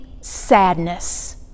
sadness